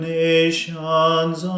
nations